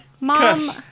mom